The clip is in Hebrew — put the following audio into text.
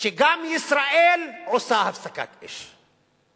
כשגם ישראל עושה הפסקת אש.